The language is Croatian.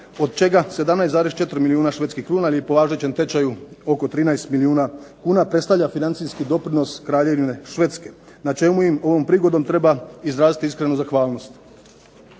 od čega 17,4 milijuna švedskih kruna ili po važećem tečaju oko 13 milijuna kuna, predstavlja financijski doprinos Kraljevine Švedske, na čemu im ovom prigodom treba izraziti iskrenu zahvalnost.